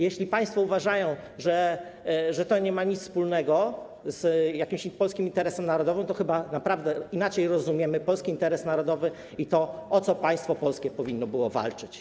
Jeśli państwo uważają, że to nie ma nic wspólnego z polskim interesem narodowym, to chyba naprawdę inaczej rozumiemy polski interes narodowy i to, o co państwo polskie powinno było walczyć.